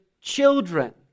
children